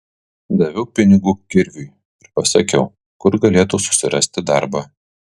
daviau pinigų kirviui ir pasakiau kur galėtų susirasti darbą